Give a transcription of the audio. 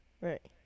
Right